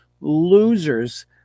losers